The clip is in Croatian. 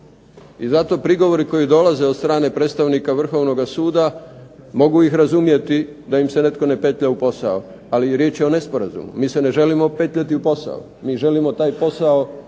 I zato prigovori koji dolaze od strane predstavnika Vrhovnoga suda mogu ih razumjeti da im se netko ne petlja u posao, ali riječ je o nesporazumu, mi se ne želimo petljati u posao, mi želimo taj posao